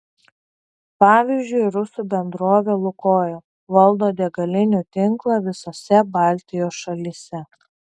pavyzdžiui rusų bendrovė lukoil valdo degalinių tinklą visose baltijos šalyse